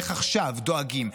איך עכשיו דואגים,